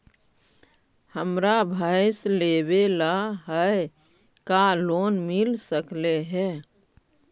हमरा भैस लेबे ल है का लोन मिल सकले हे?